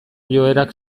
joerak